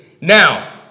Now